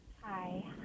Hi